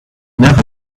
never